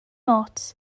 ots